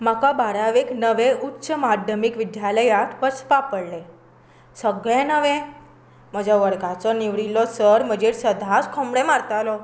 म्हाका बारावेक नवे उच्च माध्यामीक विद्यालयांत वचपाक पडलें सगळे नवें म्हज्या वर्गाचो निवडिल्लो सर म्हजेर सदांच थोमणे मारतालो